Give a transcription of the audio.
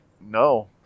No